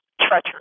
treacherous